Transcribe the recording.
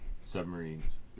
submarines